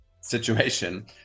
situation